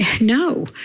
no